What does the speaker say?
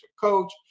coach